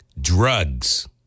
drugs